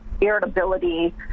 irritability